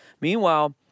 meanwhile